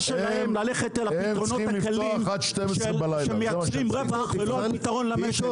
שלהם ללכת לפתרונות הקלים שמייצרים רווח ולא הפתרון למשק.